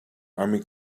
army